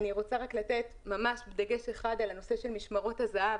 אני רוצה רק לתת דגש אחד על הנושא של משמרות הזה"ב,